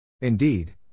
Indeed